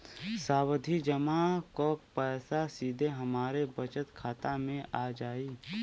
सावधि जमा क पैसा सीधे हमरे बचत खाता मे आ जाई?